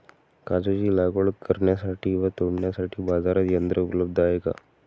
काजूची लागवड करण्यासाठी व तोडण्यासाठी बाजारात यंत्र उपलब्ध आहे का?